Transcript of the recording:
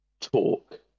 talk